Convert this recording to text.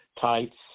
tights